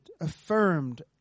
affirmed